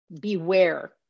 beware